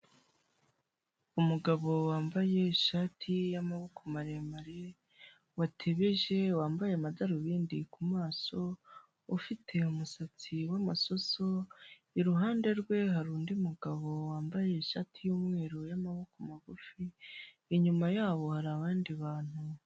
Umugabo wambaye ishati y'amaboko maremare watebeje, wambaye amadarubindi ku maso, ufite umusatsi w'amasoso, iruhande rwe hari undi mugabo wambaye ishati y'umweru y'amaboko magufi, inyuma yabo hari abandi bantu.